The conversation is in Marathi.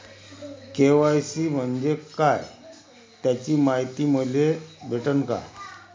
के.वाय.सी म्हंजे काय त्याची मायती मले भेटन का?